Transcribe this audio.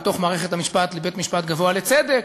ובתוך מערכת המשפט לבית-המשפט הגבוה לצדק,